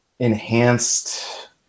enhanced